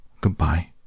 Goodbye